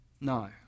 No